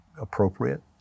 appropriate